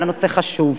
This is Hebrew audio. אבל הנושא חשוב.